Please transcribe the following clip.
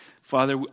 Father